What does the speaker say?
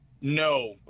No